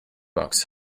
box